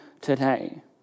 today